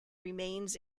remains